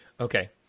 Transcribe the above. Okay